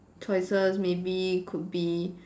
choices maybe could be